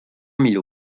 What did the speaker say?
millau